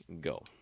go